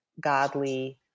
godly